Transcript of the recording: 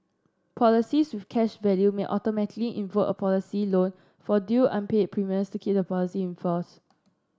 policies with cash value may automatically invoke a policy loan for due unpaid premiums to keep the policy in force